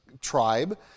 tribe